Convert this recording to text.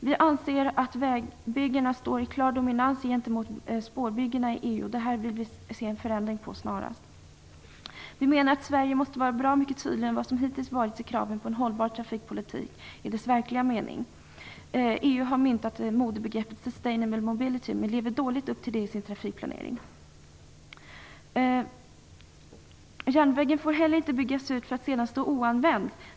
Vi anser att vägbyggena står i klar dominans gentemot spårbyggena i EU. Det här vill vi se en förändring av snarast. Vi menar att Sverige måste vara bra mycket tydligare än hittills när det gäller kraven på en hållbar trafikpolitik i dess verkliga mening. EU har myntat modebegreppet "sustainable mobility" men lever dåligt upp till det i sin trafikplanering. Järnvägar får inte heller byggas ut för att sedan stå oanvända.